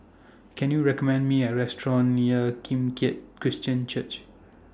Can YOU recommend Me A Restaurant near Kim Keat Christian Church